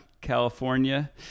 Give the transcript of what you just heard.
California